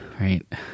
right